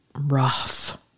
rough